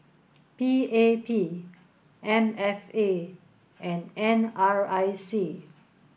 P A P M F A and N R I C